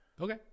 Okay